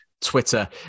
Twitter